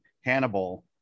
Hannibal